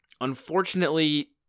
Unfortunately